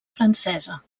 francesa